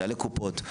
מנהלי קופות,